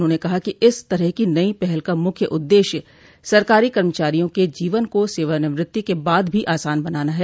उन्होंने कहा कि इस तरह की नई पहल का मुख्य उद्देश्य सरकारी कर्मचारियों के जीवन को सेवानिवृत्ति के बाद भी आसान बनाना है